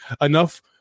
enough